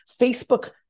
Facebook